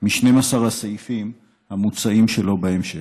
מ-12 הסעיפים המוצעים שלה בהמשך.